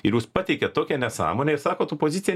ir jūs pateikiat tokią nesąmonę ir sakot opozicijai